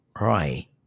right